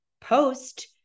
post